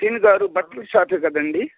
శీను గారు బట్టల షాపే కదండి